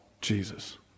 Jesus